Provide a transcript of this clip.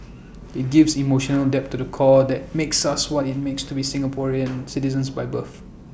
IT gives emotional depth to the core that makes us what IT means to be Singaporean citizens by birth